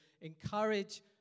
encourage